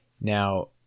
Now